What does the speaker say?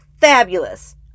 Fabulous